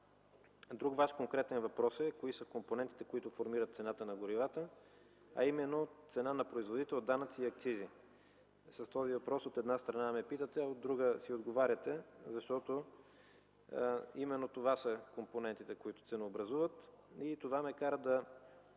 Друг Ваш конкретен въпрос е: кои са компонентите, които формират цената на горивата, а именно цена на производител, данъци и акцизи. С този въпрос от една страна ме питате, а от друга – си отговаряте, защото именно това са компонентите, които ценообразуват. Това ме кара да